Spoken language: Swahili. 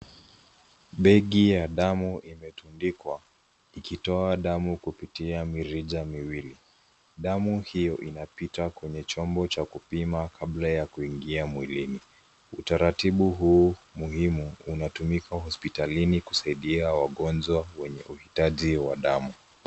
Begi ya damu imetundikwa ikitoa damu kupitia mirija miwili. Damu hiyo inapita kwenye chombo cha kupima kabla ya kuingia mwilini. Utaratibu huu muhimu unatumika hospitalini kusaidia wagonjwa wenye uhitaji wa damu.